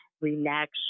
relax